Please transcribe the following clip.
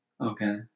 Okay